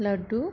laddu